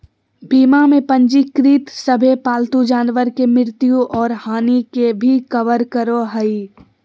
बीमा में पंजीकृत सभे पालतू जानवर के मृत्यु और हानि के भी कवर करो हइ